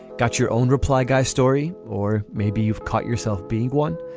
got your own reply guy story. or maybe you've caught yourself being one.